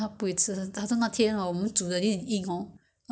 I don't know maybe I don't know the way we cook maybe